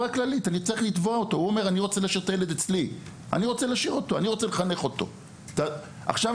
להשאיר את הילד אתו בבית ולחנך אותו בעצמו.